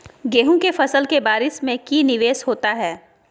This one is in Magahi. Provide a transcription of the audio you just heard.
गेंहू के फ़सल के बारिस में की निवेस होता है?